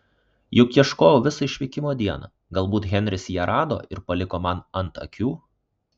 juk ieškojau visą išvykimo dieną galbūt henris ją rado ir paliko man ant akių